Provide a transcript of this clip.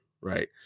right